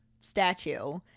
statue